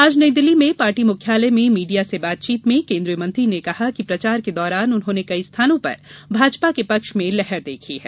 आज नई दिल्ली में पार्टी मुख्यालय में मीडिया से बातचीत में केन्द्रीय मंत्री ने कहा कि प्रचार के दौरान उन्होंने कई स्थानों पर भाजपा के पक्ष में लहर देखी है